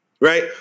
Right